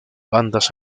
bandas